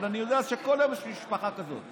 אבל אני יודע שכל יום יש משפחה כזאת,